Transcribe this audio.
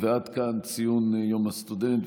עד כאן ציון יום הסטודנט,